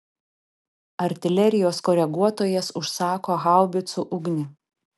artilerijos koreguotojas užsako haubicų ugnį